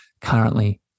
currently